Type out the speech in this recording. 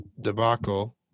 debacle